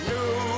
New